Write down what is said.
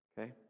Okay